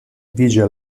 vige